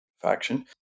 faction